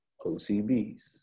OCBs